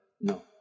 No